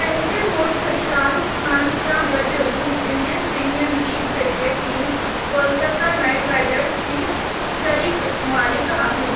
पंहिंजे मुड़ुसि शाहरुख ख़ान सां गॾु हू Indian Premier League cricket team Kolkata Knight Riders जी शरीक मालिक आहिनि